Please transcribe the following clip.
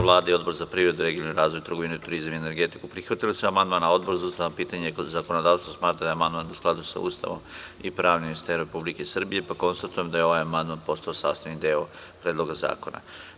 Vlada i Odbor za privredu, regionalni razvoj, trgovinu, turizam i energetiku prihvatili su amandman, a Odbor za ustavna pitanja i zakonodavstvo smatra da je amandman u skladu sa Ustavom i pravnim sistemom Republike Srbije, pa konstatujem da je ovaj amandman postao sastavni deo Predloga zakona.